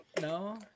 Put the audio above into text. no